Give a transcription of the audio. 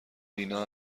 دینا